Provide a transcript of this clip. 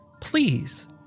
Please